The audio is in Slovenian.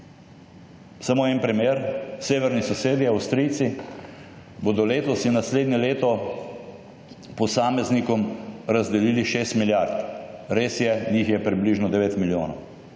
Samo en primer. Severni sosedje, Avstrijci bodo letos in naslednje leto posameznikom razdelili šest milijard. Res je, njih je približno devet milijonov.